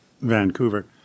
Vancouver